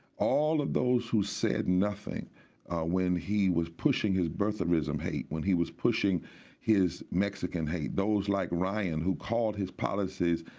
all of those who said nothing when he was pushing his birtherism hate, when he was pushing his mexican hate, those like ryan, who called his policies